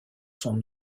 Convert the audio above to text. son